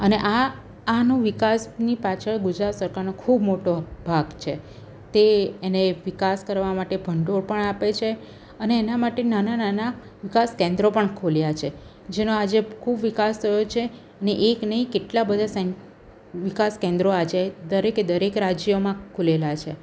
અને આ આનું વિકાસની પાછળ ગુજરાત સરકારનો ખૂબ મોટો ભાગ છે તે એને વિકાસ કરવા માટે ભંડોળ પણ આપે છે અને એના માટે નાનાં નાનાં વિકાસ કેન્દ્રો પણ ખોલ્યાં છે જેનો આજે ખૂબ વિકાસ થયો છે અને એક નહીં કેટલાં બધાં સેન્ટ વિકાસ કેન્દ્રો આજે દરેકે દરેક રાજ્યમાં ખૂલેલાં છે